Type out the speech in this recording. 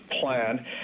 plan